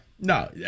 no